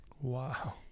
Wow